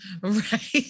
right